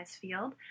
field